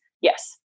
Yes